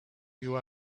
you